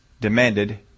demanded